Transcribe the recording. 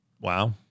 Wow